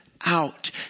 out